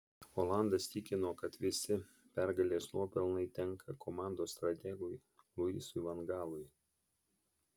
olandas tikino kad visi pergalės nuopelnai tenka komandos strategui luisui van gaalui